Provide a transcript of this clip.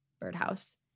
birdhouse